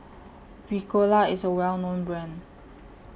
Ricola IS A Well known Brand